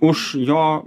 už jo